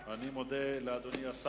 חבר הכנסת אברהים צרצור שאל את